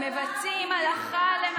אתם אמרתם עליו בדיוק את מה שאתם אומרים עלינו.